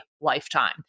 lifetime